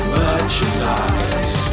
merchandise